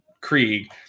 Krieg